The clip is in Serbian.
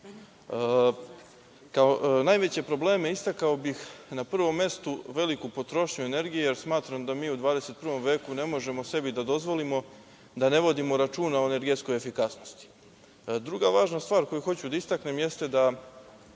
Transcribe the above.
najveće probleme istakao bih na prvom mestu veliku potrošnju energije jer smatram da mi u 21. veku ne možemo sebi da dozvolimo da ne vodimo računa o energetskoj efikasnosti. Druga važna stvar koju ću da istaknem zbog čega